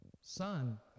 son